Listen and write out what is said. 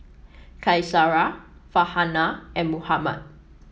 Qaisara Farhanah and Muhammad